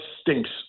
stinks